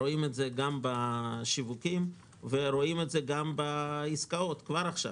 רואים את זה גם בשיווקים וגם בעסקאות, כבר עכשיו.